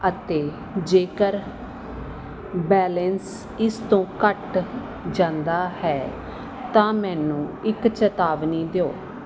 ਅਤੇ ਜੇਕਰ ਬੈਲੈਂਸ ਇਸ ਤੋਂ ਘੱਟ ਜਾਂਦਾ ਹੈ ਤਾਂ ਮੈਨੂੰ ਇੱਕ ਚੇਤਾਵਨੀ ਦਿਓ